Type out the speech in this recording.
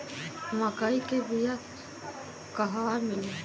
मक्कई के बिया क़हवा मिली?